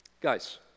guys